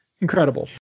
incredible